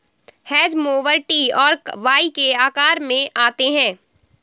hedge mower T और Y के आकार में आते हैं